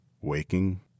waking